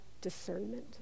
discernment